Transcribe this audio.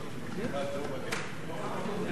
לא נמצא,